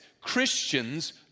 Christians